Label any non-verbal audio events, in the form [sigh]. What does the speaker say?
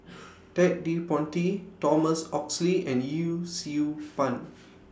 [noise] Ted De Ponti Thomas Oxley and Yee Siew Pun